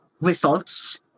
results